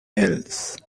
else